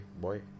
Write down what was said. boy